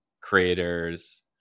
creators